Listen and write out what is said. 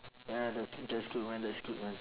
ya that's that's good man that's good man